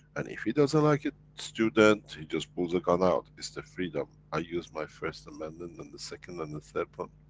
and if he doesn't like a student, he just pulls a gun out, it's the freedom, i use my first amendment, and the second, and the third one.